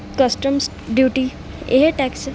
customs duty ਇਹ tax